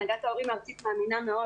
הנהגת ההורים הארצית מאמינה מאוד